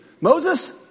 Moses